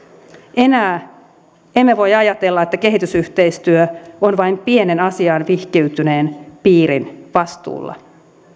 enää emme voi ajatella että kehitysyhteistyö on vain pienen asiaan vihkiytyneen piirin vastuulla